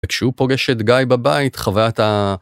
וכשהוא פוגש את גיא בבית, חוויית ה...